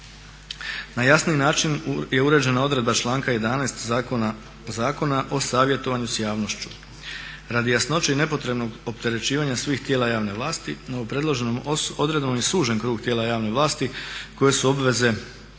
Na jasniji način je uređena odredba članka 11. Zakona o savjetovanju sa javnošću. Radi jasnoće i nepotrebnog opterećivanja svih tijela javne vlasti novopredloženom odredbom je sužen krug tijela javne vlasti koje su obveznici